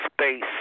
Space